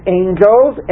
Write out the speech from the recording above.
angels